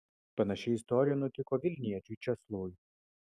panaši istorija nutiko vilniečiui česlovui